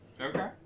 Okay